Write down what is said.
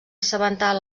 assabentar